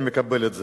אני מקבל את זה.